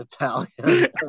Italian